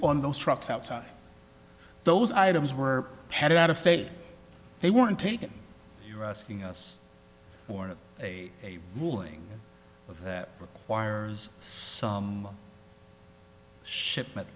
on those trucks outside those items were headed out of state they weren't taken you are asking us for a ruling that wires some shipment